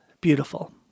beautiful